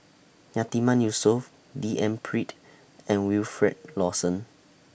Yatiman Yusof D N Pritt and Wilfed Lawson